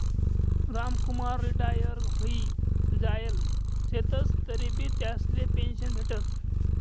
Ramkumar retire व्हयी जायेल शेतंस तरीबी त्यासले पेंशन भेटस